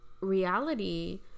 reality